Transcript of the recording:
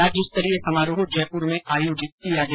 राज्यस्तरीय समारोह जयपुर में आयोजित किया गया